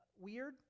weird